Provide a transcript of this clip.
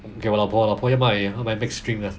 okay 我老婆我老婆要买 max drink 的